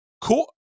cool